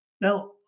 Now